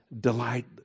delight